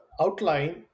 outline